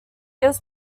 was